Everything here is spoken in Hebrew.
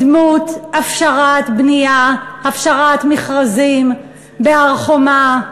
בדמות הפשרת בנייה, הפשרת מכרזים בהר-חומה,